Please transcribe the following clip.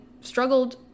struggled